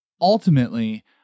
Ultimately